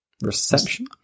reception